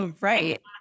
right